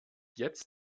jetzt